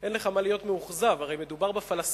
אין לך מה להיות מאוכזב, הרי מדובר בפלסטינים.